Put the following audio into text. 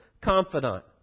confidant